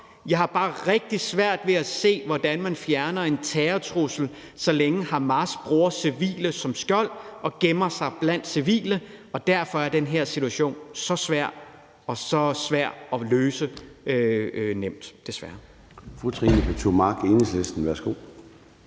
Jeg har bare rigtig svært ved at se, hvordan man fjerner en terrortrussel, så længe Hamas bruger civile som skjold og gemmer sig blandt civile, og derfor er den her situation så svær og så svær at løse – desværre.